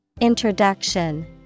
Introduction